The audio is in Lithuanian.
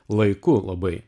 laiku labai